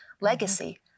legacy